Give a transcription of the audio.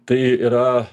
tai yra